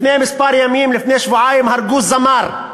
לפני כמה ימים, לפני שבועיים, הרגו זמר.